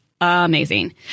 amazing